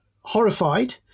horrified